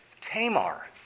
Tamar